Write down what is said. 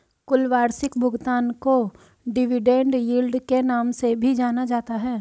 कुल वार्षिक भुगतान को डिविडेन्ड यील्ड के नाम से भी जाना जाता है